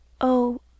Oh